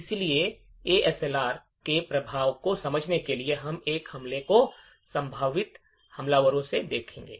इसलिए एएसएलआर के प्रभाव को समझने के लिए हम इन हमलों को संभावित हमलावरों से देखेंगे